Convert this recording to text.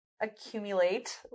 accumulate